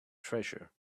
treasure